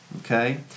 Okay